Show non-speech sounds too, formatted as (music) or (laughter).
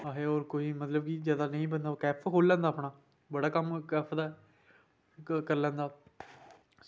असें होर कोई मतलब की जगह निं बंदा (unintelligible) (unintelligible) लैंदाअपना बड़ा कम्म ऐ करी लैंदा